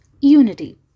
unity